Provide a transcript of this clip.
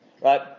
Right